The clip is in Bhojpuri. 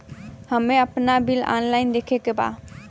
हमे आपन बिल ऑनलाइन देखे के बा?